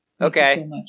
Okay